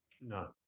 No